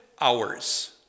Hours